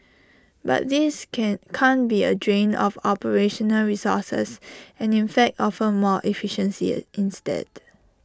but this can can't be A drain on operational resources and in fact offer more efficiency instead